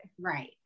right